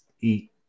eat